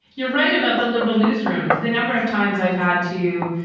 you're right about the liberal newsrooms, the number of times i've had to,